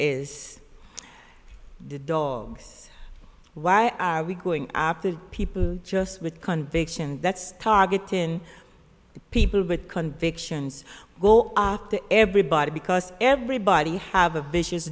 is the dogs why are we going after people just with conviction that's targeting people but convictions well to everybody because everybody have a vicious